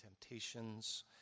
temptations